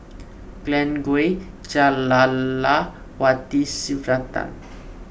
Glen Goei Jah Lelawati Sylvia Tan